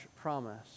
promise